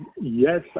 Yes